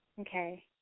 Okay